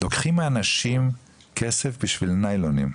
לוקחים מאנשים כסף בשביל ניילונים,